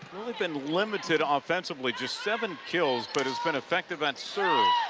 really been limited offensively, just seven kills but has been effective at serves.